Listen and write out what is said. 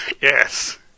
yes